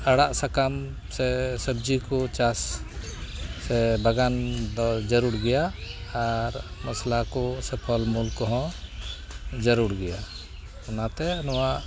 ᱟᱲᱟᱜ ᱥᱟᱠᱟᱱ ᱥᱮ ᱥᱚᱵ ᱡᱤᱠᱚ ᱪᱟᱥ ᱥᱮ ᱵᱟᱜᱟᱱ ᱫᱚ ᱡᱟᱹᱲᱩᱲ ᱜᱮᱭᱟ ᱟᱨ ᱢᱚᱥᱞᱟᱠᱚ ᱥᱮ ᱯᱷᱚᱞᱢᱩᱞ ᱠᱚᱦᱚᱸ ᱡᱟᱹᱲᱩᱲ ᱜᱮᱭᱟ ᱚᱱᱟᱛᱮ ᱱᱚᱣᱟ